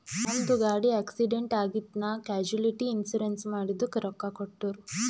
ನಮ್ದು ಗಾಡಿ ಆಕ್ಸಿಡೆಂಟ್ ಆಗಿತ್ ನಾ ಕ್ಯಾಶುಲಿಟಿ ಇನ್ಸೂರೆನ್ಸ್ ಮಾಡಿದುಕ್ ರೊಕ್ಕಾ ಕೊಟ್ಟೂರ್